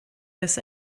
this